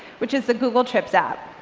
which is the google trips app.